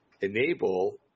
enable